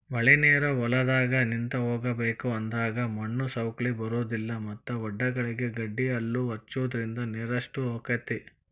ಮಳಿನೇರು ಹೊಲದಾಗ ನಿಂತ ಹೋಗಬೇಕ ಅಂದಾಗ ಮಣ್ಣು ಸೌಕ್ಳಿ ಬರುದಿಲ್ಲಾ ಮತ್ತ ವಡ್ಡಗಳಿಗೆ ಗಡ್ಡಿಹಲ್ಲು ಹಚ್ಚುದ್ರಿಂದ ನೇರಷ್ಟ ಹೊಕೈತಿ